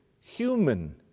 human